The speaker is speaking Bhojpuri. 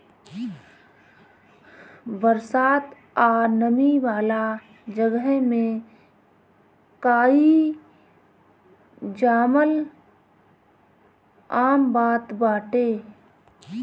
बरसात आ नमी वाला जगह में काई जामल आम बात बाटे